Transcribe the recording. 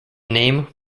name